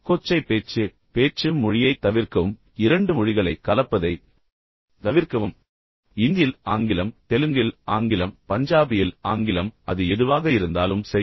கொச்சைப்பேச்சு மற்றும் பேச்சு மொழியைத் தவிர்க்கவும் இரண்டு மொழிகளை கலப்பதைத் தவிர்க்கவும் இந்தியில் ஆங்கிலம் தெலுங்கில் ஆங்கிலம் பஞ்சாபியில் ஆங்கிலம் அது எதுவாக இருந்தாலும் சரி